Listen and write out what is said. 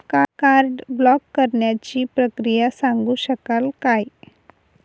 Card block करण्याची प्रक्रिया सांगू शकाल काय?